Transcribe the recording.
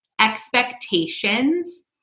expectations